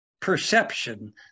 perception